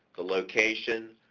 the location,